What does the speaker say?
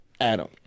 adam